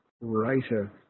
writer